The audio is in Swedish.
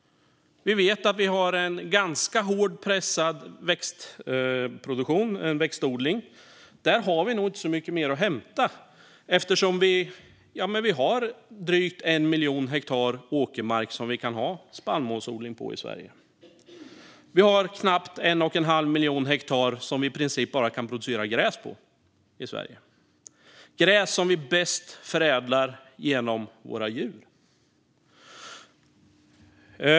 Vi vet att vi har en ganska hårt pressad växtodling. Där har vi nog inte så mycket mer att hämta eftersom vi har drygt 1 miljon hektar åkermark som vi kan ha spannmålsodling på i Sverige. Vi har knappt 1 1⁄2 miljon hektar som vi i princip bara kan producera gräs på i Sverige. Det är gräs som vi bäst förädlar genom våra djur.